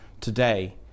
today